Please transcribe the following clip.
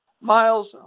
Miles